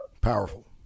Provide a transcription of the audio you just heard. powerful